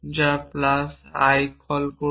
যা আমি plus I call করব